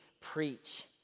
preach